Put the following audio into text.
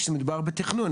כשמדובר בתכנון,